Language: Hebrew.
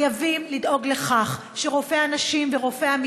חייבים לדאוג לכך שרופאי הנשים ורופאי